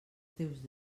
teus